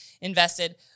invested